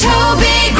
Toby